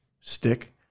stick